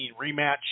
rematch